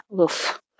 oof